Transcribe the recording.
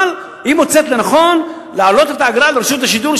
אבל היא מוצאת לנכון להעלות את האגרה לרשות השידור,